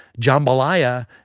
jambalaya